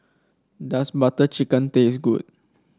does Butter Chicken taste good